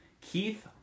Keith